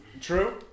True